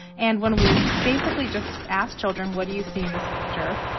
and when we basically just asked children, what do you see in this picture,